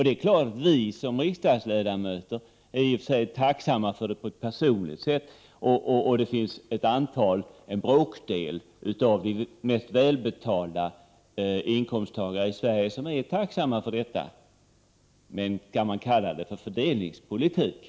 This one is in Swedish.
Det är klart att vi som riksdagsledamöter är tacksamm för det på ett personligt sätt, och en bråkdel av de mest välbetalda inkomsttagarna i Sverige är tacksamma för detta. Men kan man kalla detta för fördelningspolitik?